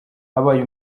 abaye